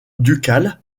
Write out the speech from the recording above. ducale